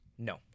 No